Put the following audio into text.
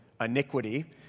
iniquity